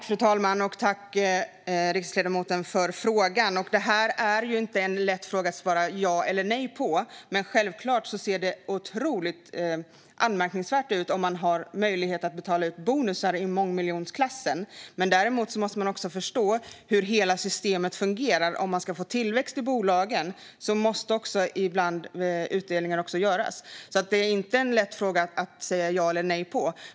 Fru talman! Tack, riksdagsledamoten, för frågan! Det är inte en fråga som det är lätt att svara ja eller nej på. Självklart ser det otroligt anmärkningsvärt ut om man har möjlighet att betala ut bonusar i mångmiljonklassen. Men man måste också förstå hur hela systemet fungerar. Om man ska få tillväxt i bolagen måste ibland utdelningar göras. Det är alltså inte en fråga som det är lätt att svara ja eller nej på.